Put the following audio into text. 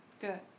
Good